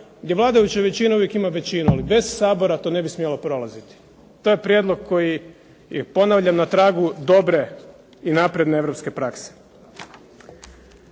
gdje vladajuća većina uvijek ima većinu, ali bez Sabora to ne bi smjelo prolaziti. To je prijedlog koji je ponavljam na tragu dobre i napredne europske prakse.